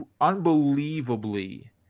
unbelievably